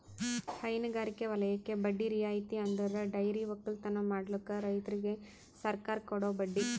ಹೈನಗಾರಿಕೆ ವಲಯಕ್ಕೆ ಬಡ್ಡಿ ರಿಯಾಯಿತಿ ಅಂದುರ್ ಡೈರಿ ಒಕ್ಕಲತನ ಮಾಡ್ಲುಕ್ ರೈತುರಿಗ್ ಸರ್ಕಾರ ಕೊಡೋ ಬಡ್ಡಿ